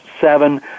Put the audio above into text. seven